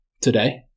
today